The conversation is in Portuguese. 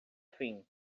fim